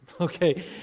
Okay